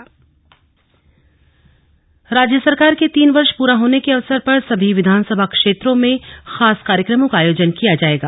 राज्य सरकार कार्यकाल राज्य सरकार के तीन वर्ष पूरा होने के अवसर पर सभी विधानसभा क्षेत्रों में खास कार्यक्रमों का आयोजन किया जाएगा